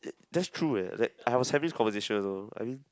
da~ that's true eh like I was having this conversation also I mean